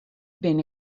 bin